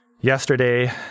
Yesterday